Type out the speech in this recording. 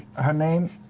her name